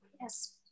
Yes